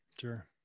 sure